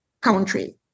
country